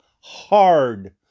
hard